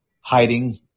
hiding